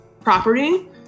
property